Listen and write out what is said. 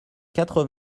quatre